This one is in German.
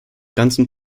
ganzen